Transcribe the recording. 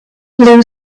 blue